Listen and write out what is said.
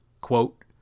quote